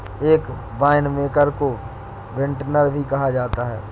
एक वाइनमेकर को विंटनर भी कहा जा सकता है